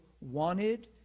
wanted